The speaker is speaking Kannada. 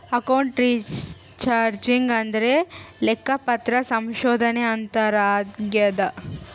ಅಕೌಂಟ್ ರಿಸರ್ಚಿಂಗ್ ಅಂದ್ರೆ ಲೆಕ್ಕಪತ್ರ ಸಂಶೋಧನೆ ಅಂತಾರ ಆಗ್ಯದ